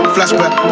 Flashback